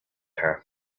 her